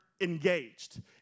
engaged